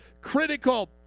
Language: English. critical